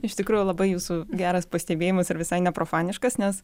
iš tikrųjų labai jūsų geras pastebėjimas ir visai ne profaniškas nes